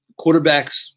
quarterbacks